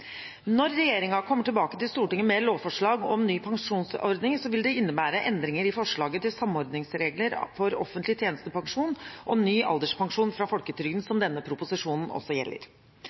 Når regjeringen kommer tilbake til Stortinget med lovforslag om ny pensjonsordning, vil det innebære endringer i forslaget til samordningsregler for offentlig tjenestepensjon og ny alderspensjon fra folketrygden, som denne proposisjonen også gjelder.